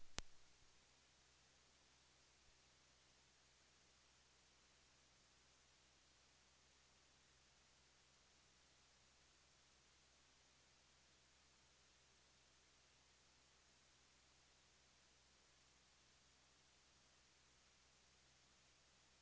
När det gäller handlingsplanen har det varit högst diskutabelt att om handlingsplanen hade fallit hade också uppgörelsen i övrigt sannolikt fallit. Det är en diskussion som nu är historia och som vi, tycker jag, hellre ska vända och börja se på möjligheterna. Vi ska vara tacksamma för att det fanns några partier som ville vara med och jobba för att förstärka vård och omsorg. Det är ett jätteviktigt arbete att även gå vidare med.